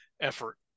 effort